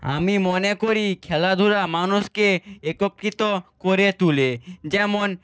আমি মনে করি খেলাধূলা মানুষকে একত্রিত করে তোলে যেমন